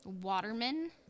Waterman